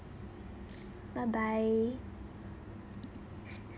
bye bye